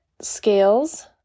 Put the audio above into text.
scales